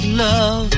love